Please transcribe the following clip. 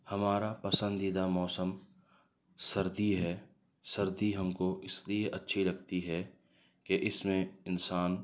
ہمارا پسندیدہ موسم سردی ہے سردی ہم کو اس لیے اچھی لگتی ہے کہ اس میں انسان